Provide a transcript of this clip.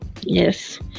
Yes